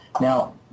Now